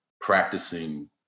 practicing